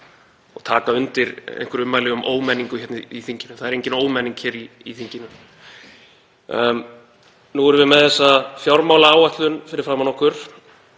og taka undir einhver ummæli um ómenningu hér í þinginu. Það er engin ómenning í þinginu. Nú erum við með þessa fjármálaáætlun fyrir framan okkur